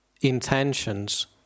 intentions